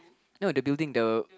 no the building though